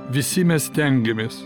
visi mes stengiamės